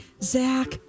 zach